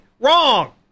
Wrong